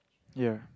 ya